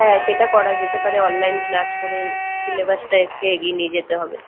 হ্যাঁ সেটা করা যেতে পারে অনলাইন ক্লাস করে সিলেবাসটা একটু এগিয়ে নিয়ে যেতে হবে